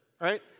right